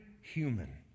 human